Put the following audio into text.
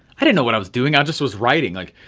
i didn't know what i was doing. i just was writing like,